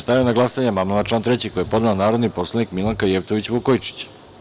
Stavljam na glasanje amandman na član 3. koji je podnela narodni poslanik Milanka Jevtović Vukojičić.